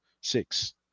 six